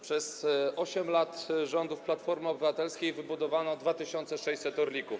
Przez 8 lat rządów Platformy Obywatelskiej wybudowano 2600 „Orlików”